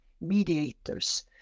mediators